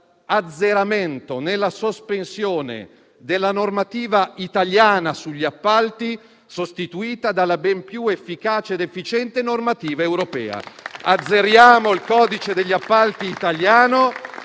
l'azzeramento e la sospensione della normativa italiana sugli appalti, sostituita dalla ben più efficace ed efficiente normativa europea. Azzeriamo il codice degli appalti italiano